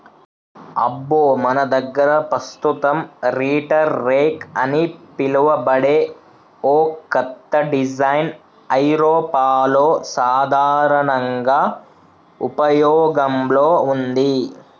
అబ్బో మన దగ్గర పస్తుతం రీటర్ రెక్ అని పిలువబడే ఓ కత్త డిజైన్ ఐరోపాలో సాధారనంగా ఉపయోగంలో ఉంది